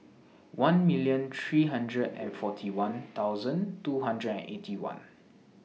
one million three hundred and forty one thousand two hundred and Eighty One